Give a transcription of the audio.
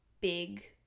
big